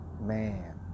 man